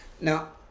Now